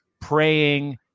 praying